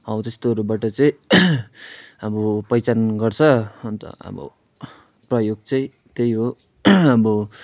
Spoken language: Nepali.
हौ त्यस्तोहरूबाट चाहिँ अब पहिचान गर्छ अन्त अब प्रयोग चाहिँ त्यही हो अब